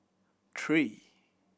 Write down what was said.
three